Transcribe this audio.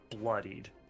bloodied